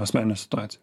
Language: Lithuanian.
asmeninę situaciją